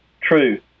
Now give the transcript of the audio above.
True